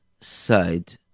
side